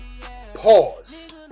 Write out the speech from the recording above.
Pause